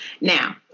Now